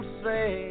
say